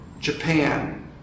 Japan